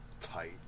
Tight